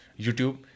YouTube